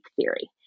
theory